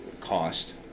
cost